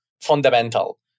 fundamental